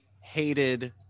hated